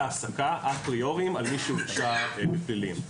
העסקה אפריוריים על מי שהורשע בפלילים.